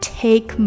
take